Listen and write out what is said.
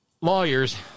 lawyers